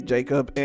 Jacob